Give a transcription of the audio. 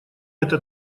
это